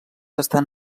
estan